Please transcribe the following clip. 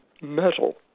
metal